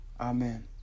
amen